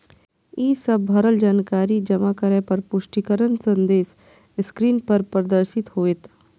ई सब भरल जानकारी जमा करै पर पुष्टिकरण संदेश स्क्रीन पर प्रदर्शित होयत